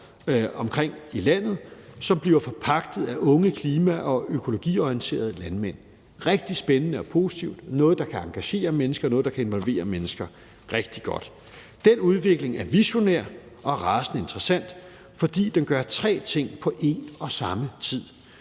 rundtomkring i landet, som bliver forpagtet af unge klima- og økologiorienterede landmænd. Det er rigtig spændende og positivt. Det er noget, der kan engagere mennesker, noget, der kan involvere mennesker. Det er rigtig godt. Den udvikling er visionær og rasende interessant, fordi den gør tre ting på én og samme tid: